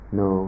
no